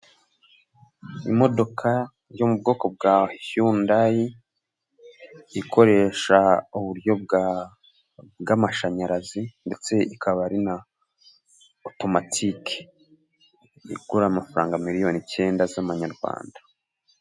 Imodoka yo mu bwoko bwa shyundayi ikoresha uburyo bw'amashanyarazi ndetse ikaba ari na otomatike, igura amafaranga miliyoni icyenda z'amanyarwanda.